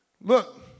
Look